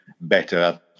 better